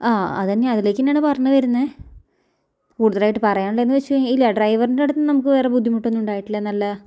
ആ അതന്യേ അതിലേക്ക്ന്നേണ് പറഞ്ഞ് വരുന്നത് കൂടുതലായിട്ട് പറയാനുള്ളതെന്ന് വച്ച് കഴിഞ്ഞാൽ ഇല്ല ഡ്രൈവറിൻ്റെ അടുത്ത് നിന്ന് നമുക്ക് വേറെ ബുദ്ധിമുട്ടൊന്നുണ്ടായിട്ടില്ല നല്ല